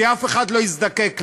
כי אף אחד לא יזדקק להן.